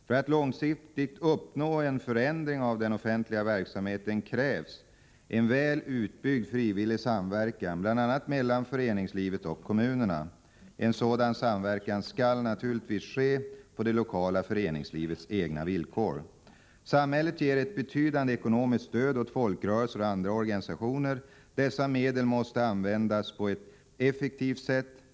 För att långsiktigt uppnå en förändring av den offentliga verksamheten krävs en väl utbyggd frivillig samverkan, bl.a. mellan föreningslivet och kommunerna. En sådan samverkan skall naturligtvis ske på det lokala föreningslivets egna villkor. Samhället ger ett betydande ekonomiskt stöd åt folkrörelser och andra organisationer. Dessa medel måste användas på ett effektivt sätt.